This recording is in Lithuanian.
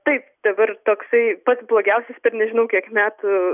taip dabar toksai pats blogiausias per nežinau kiek metų